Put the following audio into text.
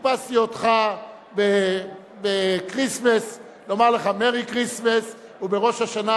חיפשתי אותך ב- Christmas לומר לך Merry Christmas ובראש השנה,